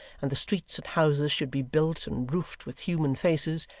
and the streets and houses should be built and roofed with human faces,